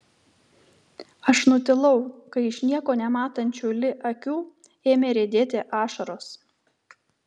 aš nutilau kai iš nieko nematančių li akių ėmė riedėti ašaros